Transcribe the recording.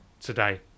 today